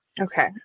Okay